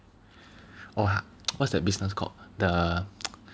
oh ha~ what's that business called the